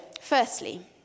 firstly